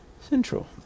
central